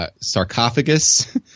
sarcophagus